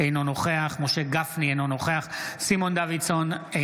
אינו נוכח ששון ששי גואטה,